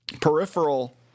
peripheral